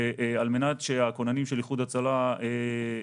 על מנת שהכוננים של איחוד הצלה יפעלו,